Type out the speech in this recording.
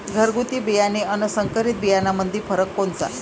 घरगुती बियाणे अन संकरीत बियाणामंदी फरक कोनचा?